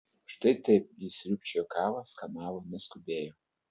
štai taip ji sriūbčiojo kavą skanavo neskubėjo